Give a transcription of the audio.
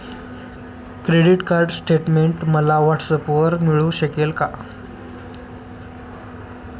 Credit card statement मला व्हॉट्सऍपवर मिळू शकेल का?